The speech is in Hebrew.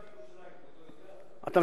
כמה עולה שכר דירה בירושלים, אתה יודע?